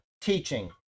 teaching